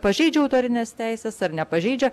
pažeidžia autorines teises ar nepažeidžia